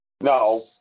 No